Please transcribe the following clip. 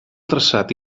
traçat